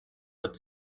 but